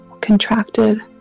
contracted